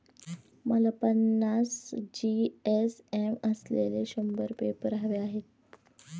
मला पन्नास जी.एस.एम असलेले शंभर पेपर हवे आहेत